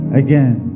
again